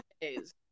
days